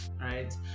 right